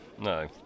no